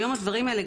היום הדברים האלה,